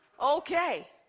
Okay